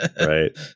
Right